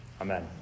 Amen